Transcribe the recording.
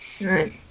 Right